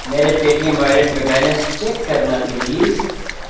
میرے Paytm wallet میں balance check کرنا پلیز